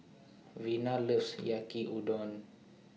Vina loves Yaki Udon